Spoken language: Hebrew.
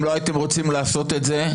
אם לא הייתם רוצים לעשות את זה,